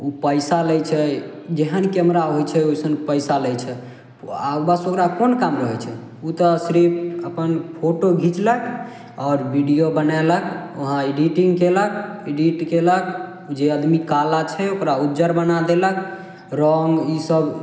उ पैसा लै छै जेहन केमरा होइ छै ओइसन पैसा लै छै उ आओर बस ओकरा कोन काम रहय छै उ तऽ सिर्फ अपन फोटो घिचलक आओर वीडियो बनेलक वहाँ एडिटिंग कयलक एडिट कयलक जे अदमी काला छै ओकरा उज्जर बना देलक रङ्ग ईसब